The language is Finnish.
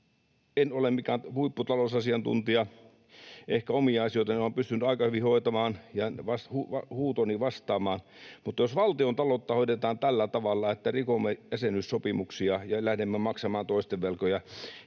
en ole mikään huipputalousasiantuntija — ehkä omia asioitani olen pystynyt aika hyvin hoitamaan ja huutooni vastaamaan — mutta jos valtiontaloutta hoidetaan tällä tavalla, että rikomme jäsenyyssopimuksia ja lähdemme maksamaan toisten velkoja,